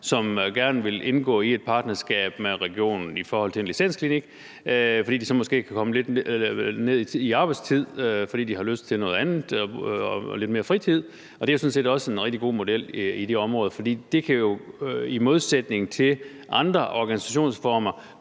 som gerne vil indgå i et partnerskab med regionen i forhold til en licensklinik, fordi de så måske kan gå lidt ned i arbejdstid, fordi de har lyst til at have lidt mere fritid. Og det er sådan set også en rigtig god model i de områder, for det kan jo i modsætning til andre organisationsformer